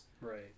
Right